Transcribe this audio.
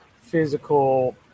physical